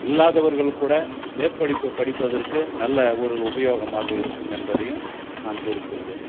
இல்லாதவர்கள் கூட மேற்படிப்பு படிப்பதற்கு நல்ல ஒரு உபயோகமாக இருக்கும் என்பதையும் நான் கூறிக் கொள்கிறேன்